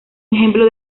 ejemplo